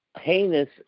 heinous